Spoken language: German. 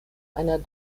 einer